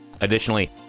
additionally